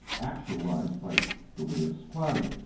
actualized by the way of squatting.